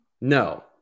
no